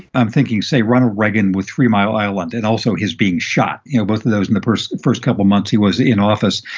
i'm thinking, say, ronald reagan with three mile island and also his being shot. you know, both of those in the first couple of months he was in office.